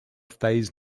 phase